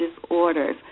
disorders